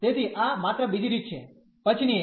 તેથી આ માત્ર બીજી રીત છે પછીની એક